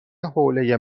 حوله